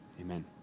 Amen